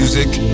Music